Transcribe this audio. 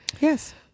yes